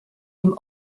dem